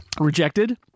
Rejected